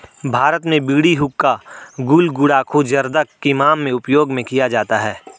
भारत में बीड़ी हुक्का गुल गुड़ाकु जर्दा किमाम में उपयोग में किया जाता है